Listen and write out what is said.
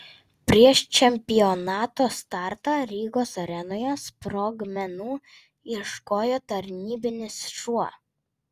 prieš čempionato startą rygos arenoje sprogmenų ieškojo tarnybinis šuo